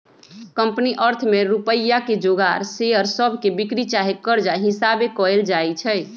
company अर्थ में रुपइया के जोगार शेयर सभके बिक्री चाहे कर्जा हिशाबे कएल जाइ छइ